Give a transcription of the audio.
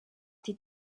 die